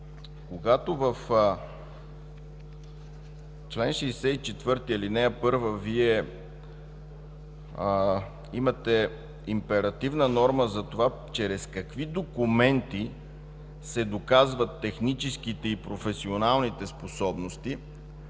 Когато в чл. 64, ал. 1 Вие имате императивна норма за това чрез какви документи се доказват техническите и професионалните правоспособности,